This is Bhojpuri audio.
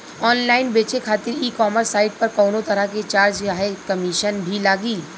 ऑनलाइन बेचे खातिर ई कॉमर्स साइट पर कौनोतरह के चार्ज चाहे कमीशन भी लागी?